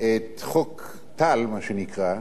את חוק טל, מה שנקרא,